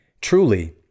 truly